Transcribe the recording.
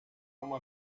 uma